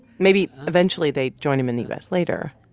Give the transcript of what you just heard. maybe, eventually, they join him in the u s. later.